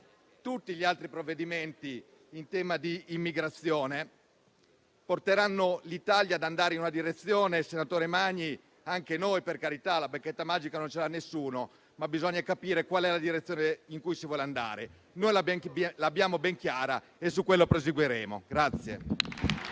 tutti gli altri in tema di immigrazione, porteranno l'Italia ad andare in una determinata direzione. Senatore Magni, anche noi non abbiamo la bacchetta magica, non ce l'ha nessuno, ma bisogna capire qual è la direzione in cui si vuole andare: noi l'abbiamo ben chiara e su quella proseguiremo.